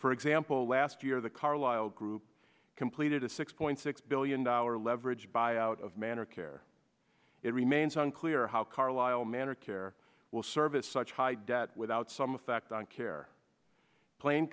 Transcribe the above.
for example last year the carlyle group completed a six point six billion dollar leveraged buyout of manor care it remains unclear how carlisle manor care will service such high debt without some effect on care plain